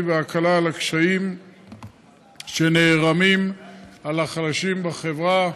וההקלה על הקשיים שנערמים על החלשים בחברה.